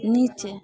नीचे